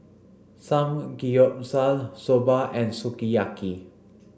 Samgeyopsal Soba and Sukiyaki